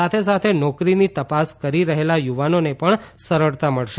સાથે સાથે નોકરીની તપાસ કરી રહેલા યુવાનોને પણ સરળતા મળશે